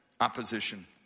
opposition